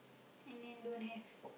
and then don't have